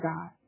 God